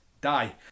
Die